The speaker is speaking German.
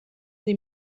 sie